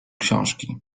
książki